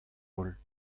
holl